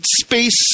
space